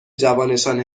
جوانشان